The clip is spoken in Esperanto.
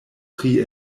pri